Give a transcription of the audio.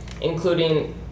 including